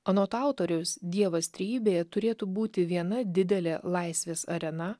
anot autoriaus dievas trejybėje turėtų būti viena didelė laisvės arena